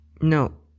no